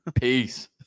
Peace